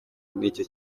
n’icyo